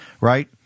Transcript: Right